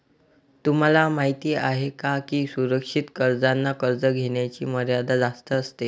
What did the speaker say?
तुम्हाला माहिती आहे का की सुरक्षित कर्जांना कर्ज घेण्याची मर्यादा जास्त असते